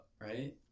right